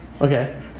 Okay